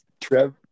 trev